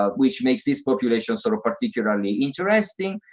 ah which makes this population sort of particularly interesting.